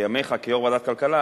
בימיך כיושב-ראש ועדת כלכלה,